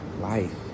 life